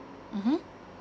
mmhmm